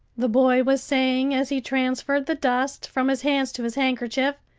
the boy was saying, as he transferred the dust from his hands to his handkerchief,